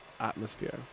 atmosphere